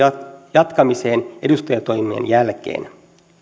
jatkamiseen edustajantoimen jälkeen